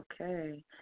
okay